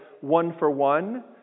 one-for-one